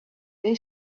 they